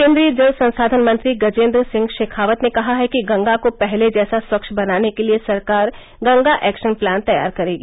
केंद्रीय जल संसाधन मंत्री गजेंद्र सिंह शेखावत ने कहा है कि गंगा को पहले जैसा स्वच्छ बनाने के लिए सरकार गंगा एक्शन प्लान तैयार करेगी